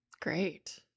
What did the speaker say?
Great